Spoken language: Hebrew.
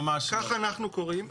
כך אנחנו קוראים.